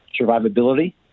survivability